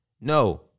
No